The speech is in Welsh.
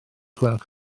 gwelwch